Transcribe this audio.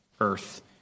earth